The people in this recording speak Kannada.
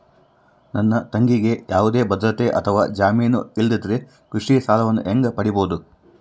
ನನ್ನ ತಂಗಿಗೆ ಯಾವುದೇ ಭದ್ರತೆ ಅಥವಾ ಜಾಮೇನು ಇಲ್ಲದಿದ್ದರೆ ಕೃಷಿ ಸಾಲವನ್ನು ಹೆಂಗ ಪಡಿಬಹುದು?